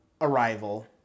Arrival